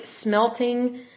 smelting